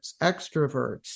extroverts